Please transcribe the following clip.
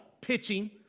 pitching